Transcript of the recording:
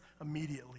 immediately